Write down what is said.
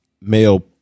male